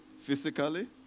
physically